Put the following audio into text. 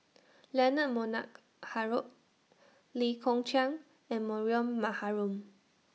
Leonard Montague Harrod Lee Kong Chian and Mariam Maharom